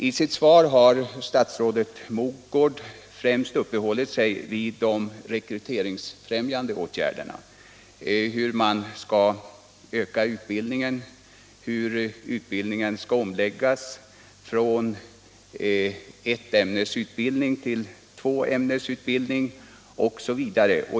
I sitt svar har statsrådet Mogård främst uppehållit sig vid de rekryteringsfrämjande åtgärderna, hur man skall öka utbildningen, hur utbildningen skall omläggas från ettämnesutbildning till tvåämnesutbildning osv.